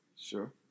Sure